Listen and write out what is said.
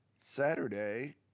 Saturday